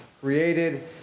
created